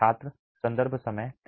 छात्र संदर्भ समय 2325